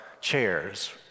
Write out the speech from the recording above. chairs